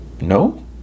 No